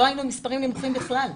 אבל לא היינו עם מספרים נמוכים בכלל,